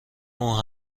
اون